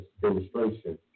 demonstration